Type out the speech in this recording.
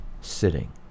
Sitting